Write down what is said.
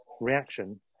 reaction